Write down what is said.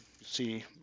see